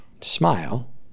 smile